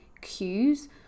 cues